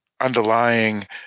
underlying